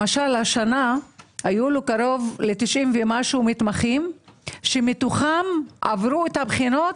השנה היו לו קרוב לתשעים ומשהו מתמחים ש-87 מתוכם עברו את הבחינות.